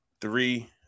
three